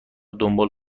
دنبال